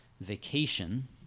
vacation